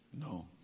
no